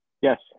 Yes